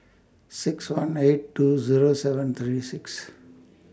six one eight two Zero seven three six